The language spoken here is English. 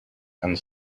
and